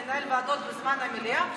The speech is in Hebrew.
לנהל ועדות בזמן המליאה,